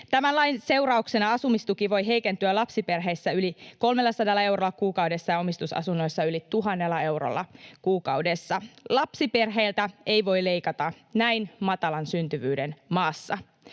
Tämän lain seurauksena asumistuki voi heikentyä lapsiperheissä yli 300 eurolla kuukaudessa ja omistusasunnoissa yli 1 000 eurolla kuukaudessa. Lapsiperheiltä ei voi leikata näin matalan syntyvyyden maassa.